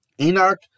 Enoch